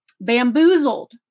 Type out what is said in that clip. bamboozled